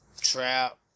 trap